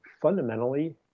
fundamentally